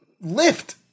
lift